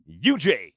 UJ